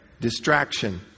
Distraction